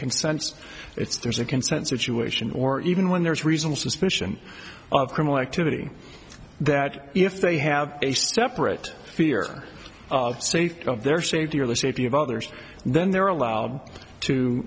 consensus it's there's a consensus you ation or even when there's reasonable suspicion of criminal activity that if they have a step or it fear of safety of their safety or the safety of others then they're allowed to